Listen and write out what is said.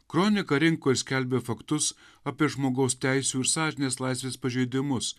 kronika rinkoj skelbė faktus apie žmogaus teisių ir sąžinės laisvės pažeidimus